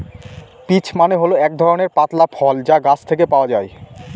peach মানে হল এক ধরনের পাতলা ফল যা গাছ থেকে পাওয়া যায়